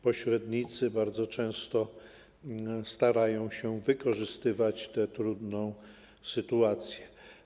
Pośrednicy bardzo często starają się wykorzystywać tę trudną sytuację.